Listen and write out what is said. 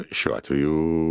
šiuo atveju